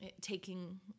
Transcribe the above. taking